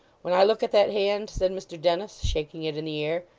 when i look at that hand said mr dennis, shaking it in the air,